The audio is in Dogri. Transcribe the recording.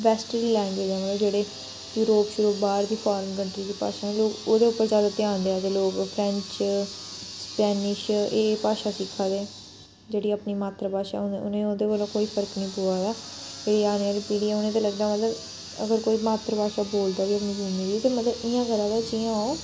बैस्ट लैंग्वेज ऐ मतलब जेह्डे यूरोप शरोप बाह्र दी फार्न कंट्री दी भाशां न लोक ओह्दे उप्पर ज्यादा ध्यान देआ दे लोक फ्रैंच स्पेनिश एह् भाशा सिक्खा दे जेह्ड़ी अपनी मात्तर भाशा उनें ओह्दे कोला कोई फर्क नी पवा दा ते आने आह्लियां पीढ़ियां उनें ते लगदा मतलब अगर कोई मात्तर भाशा बोलदा ते उनें गी ते इयां करा दा जियां ओह्